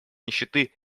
нищеты